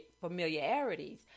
familiarities